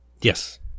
Yes